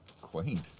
quaint